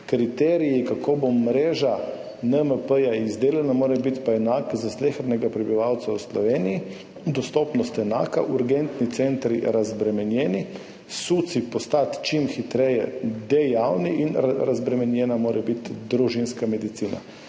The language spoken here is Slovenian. kriteriji, kako bo mreža NMP izdelana, mora biti pa enak za slehernega prebivalca v Sloveniji, dostopnost enaka, urgentni centri razbremenjeni, SUC postati čim hitreje dejavni in razbremenjena mora biti družinska medicina.